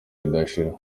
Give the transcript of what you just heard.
ridashira